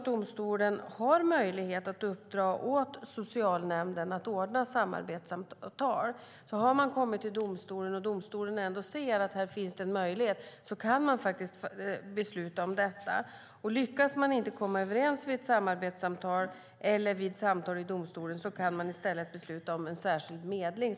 Domstolen har också möjlighet att uppdra åt socialnämnden att ordna samarbetssamtal, så om man har kommit till domstolen och domstolen ser att det finns en möjlighet kan domstolen faktiskt besluta om detta. Lyckas föräldrarna inte komma överens vid ett samarbetssamtal eller vid ett samtal i domstolen kan man i stället besluta om en särskild medling.